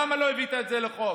למה לא הבאת את זה לחוק?